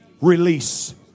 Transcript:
release